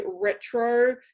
retro